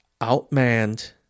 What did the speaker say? outmanned